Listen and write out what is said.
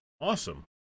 Awesome